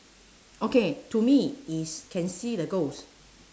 okay to me is can see the ghost